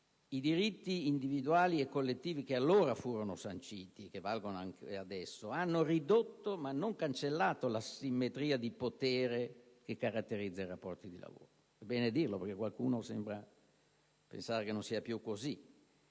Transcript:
I diritti individuali e collettivi che allora furono sanciti, e che valgono anche adesso, hanno ridotto, ma non cancellato, l'asimmetria di potere che caratterizza i rapporti di lavoro. È bene dirlo, perché qualcuno sembra pensare che non sia più così.